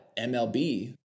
MLB